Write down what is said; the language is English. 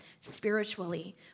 spiritually